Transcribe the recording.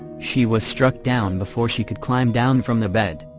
she was struck down before she could climb down from the bed.